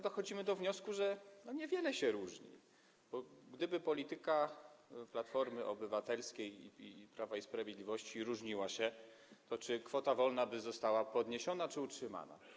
Dochodzimy do wniosku, że niewiele się różni, bo gdyby polityka Platformy Obywatelskiej i Prawa i Sprawiedliwości się różniła, to czy kwota wolna zostałaby podniesiona, czy utrzymana?